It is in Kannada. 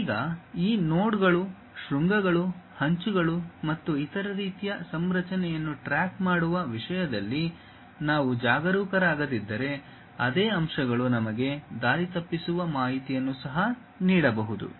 ಈಗ ಈ ನೋಡ್ಗಳು ಶೃಂಗಗಳು ಅಂಚುಗಳು ಮತ್ತು ಇತರ ರೀತಿಯ ಸಂರಚನೆಯನ್ನು ಟ್ರ್ಯಾಕ್ ಮಾಡುವ ವಿಷಯದಲ್ಲಿ ನಾವು ಜಾಗರೂಕರಾಗಿರದಿದ್ದರೆ ಅದೇ ಅಂಶಗಳು ನಮಗೆ ದಾರಿತಪ್ಪಿಸುವ ಮಾಹಿತಿಯನ್ನು ಸಹ ನೀಡಬಹುದು